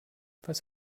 was